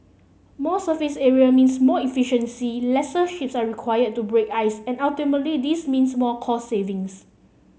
more surface area means more efficiency lesser ships are required to break ice and ultimately this means more cost savings